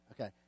Okay